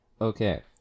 okay